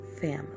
family